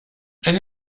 ein